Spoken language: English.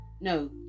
no